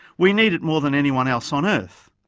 we need it more than anyone else on earth.